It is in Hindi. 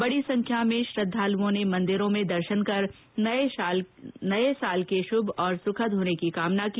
बड़ी संख्या में श्रृद्धालुओं ने मंदिरों में दर्शन कर नये साल के शुभ और सुखद होने की कामना की